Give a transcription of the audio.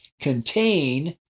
contain